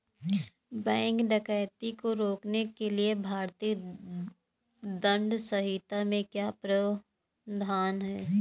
bank डकैती को रोकने के लिए भारतीय दंड संहिता में क्या प्रावधान है